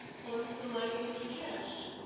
once the lining is detached,